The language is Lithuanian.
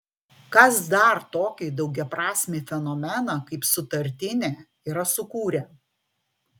kas dar tokį daugiaprasmį fenomeną kaip sutartinė yra sukūrę